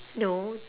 no